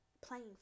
playing